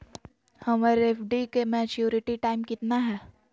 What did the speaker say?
हमर एफ.डी के maturity time कितना है?